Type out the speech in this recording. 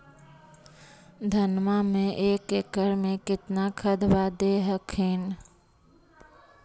धनमा मे एक एकड़ मे कितना खदबा दे हखिन?